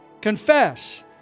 confess